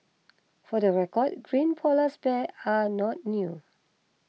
for the record green polars bears are not new